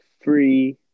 Three